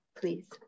please